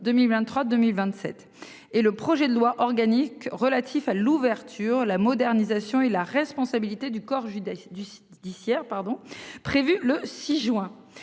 2023 2027. Et le projet de loi organique relatif à l'ouverture, la modernisation et la responsabilité du corps du site judiciaires pardon, prévue le 6 juin,